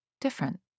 Different